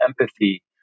empathy